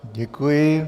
Děkuji.